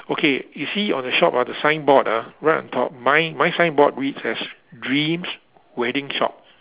okay you see on the shop ah the signboard ah right on top mine my signboard reads as dreams wedding shop